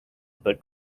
but